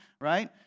right